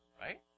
right